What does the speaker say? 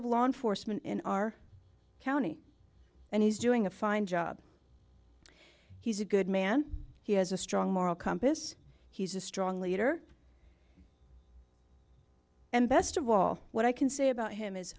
of law enforcement in our county and he's doing a fine job he's a good man he has a strong moral compass he's a strong leader and best of all what i can say about him is